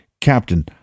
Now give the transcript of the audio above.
Captain